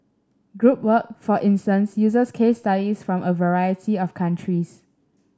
group work for instance uses case studies from a variety of countries